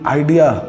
idea